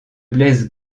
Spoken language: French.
blesse